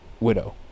widow